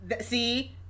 See